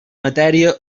matèria